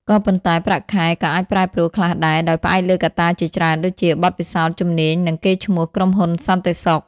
ក៏ប៉ុន្តែ ប្រាក់ខែក៏អាចប្រែប្រួលខ្លះដែរ ដោយផ្អែកលើកត្តាជាច្រើនដូចជា បទពិសោធន៍ ជំនាញ និងកេរ្តិ៍ឈ្មោះក្រុមហ៊ុនសន្តិសុខ។